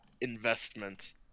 investment